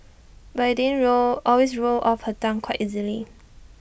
but IT didn't always roll off her tongue quite so easily